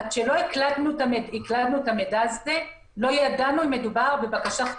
עד שלא הקלדנו את המידע הזה לא ידענו אם מדובר בבקשה חדשה.